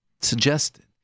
suggested